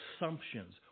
assumptions